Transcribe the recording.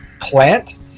plant